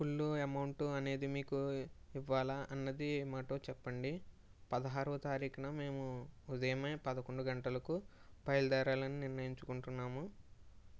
full amount అనేది మీకు ఇవ్వాలా అన్నది మాతో చెప్పండి పదహారవ తారీఖున మేము ఉదయమే మేము పది గంటలకు బయల్దేరాలని నిర్ణయించుకుంటున్నాము